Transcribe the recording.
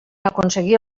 aconseguir